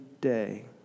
day